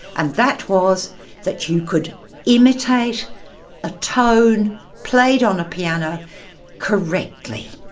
and that was that you could imitate a tone played on a piano correctly.